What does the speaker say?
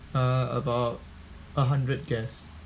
uh about a hundred guests